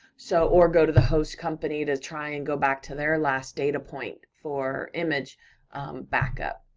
so or go to the host company to try and go back to their last data point for image backup.